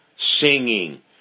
singing